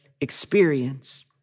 experience